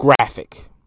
graphic